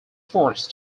forced